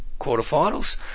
quarterfinals